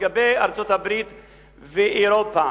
לגבי ארצות-הברית ואירופה,